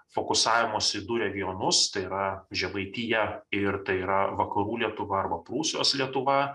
fokusavimosi į du regionus tai yra žemaitija ir tai yra vakarų lietuva arba prūsijos lietuva